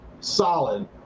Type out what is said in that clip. solid